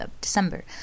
December